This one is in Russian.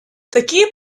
такие